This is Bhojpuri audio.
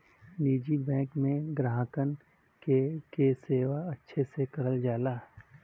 निजी बैंक में ग्राहकन क सेवा अच्छे से करल जाला